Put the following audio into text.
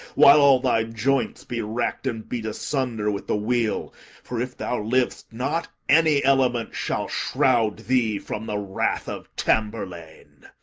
while all thy joints be rack'd and beat asunder with the wheel for, if thou liv'st, not any element shall shroud thee from the wrath of tamburlaine.